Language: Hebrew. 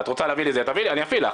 את רוצה להביא לי אני אפעיל לך,